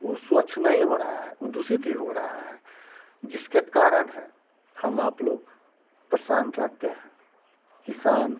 वो स्वच्छ नहीं हो रहा है वो दूषित ही हो रहा है जिसके कारण है हम आप लोग परेशान रहते हैं किसान